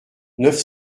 neuf